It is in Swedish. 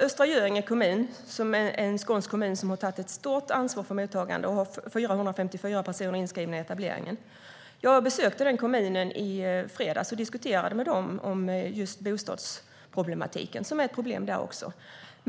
Östra Göinge kommun är en skånsk kommun som har tagit ett stort ansvar för mottagandet och som har 454 personer inskrivna i etableringen. Jag besökte kommunen i fredags och diskuterade just bostadsproblematiken, som är ett problem där också.